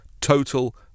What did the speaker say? total